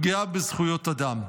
פגיעה בזכויות אדם.